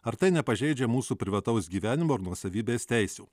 ar tai nepažeidžia mūsų privataus gyvenimo ar nuosavybės teisių